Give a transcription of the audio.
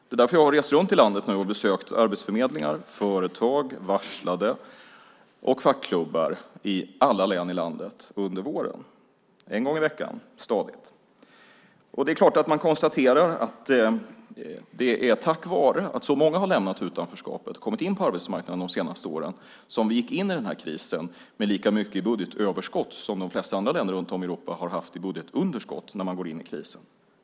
Det är därför som jag har rest runt i landet och besökt arbetsförmedlingar, företag, varslade och fackklubbar i alla län i landet under våren, en gång i veckan, stadigt. Och det är klart att man konstaterar att det är tack vare att så många har lämnat utanförskapet och kommit in på arbetsmarknaden de senaste åren som vi gick in i krisen med lika mycket i budgetöverskott som de flesta andra länder runt om i Europa hade i budgetunderskott när man gick in i krisen.